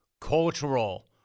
cultural